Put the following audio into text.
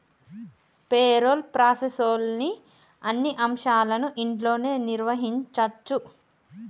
payroll ప్రాసెస్లోని అన్ని అంశాలను ఇంట్లోనే నిర్వహించచ్చు